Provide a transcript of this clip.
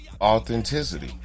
Authenticity